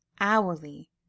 hourly